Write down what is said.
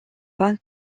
pas